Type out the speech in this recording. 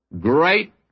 great